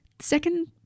Second